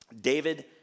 David